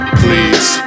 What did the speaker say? please